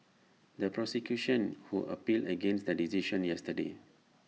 the prosecution who appealed against the decision yesterday